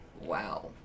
Wow